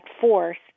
force